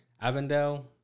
avondale